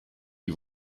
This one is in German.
die